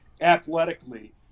athletically